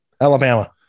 Alabama